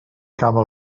camel